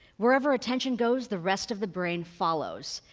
wherever attention goes, the rest of the brain follows.